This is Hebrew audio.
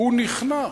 הוא נכנע